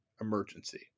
Emergency